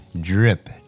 drip